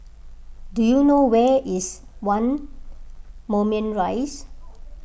do you know where is one Moulmein Rise